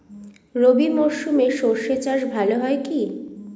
রবি মরশুমে সর্ষে চাস ভালো হয় কি?